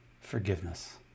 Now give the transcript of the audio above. forgiveness